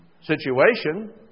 situation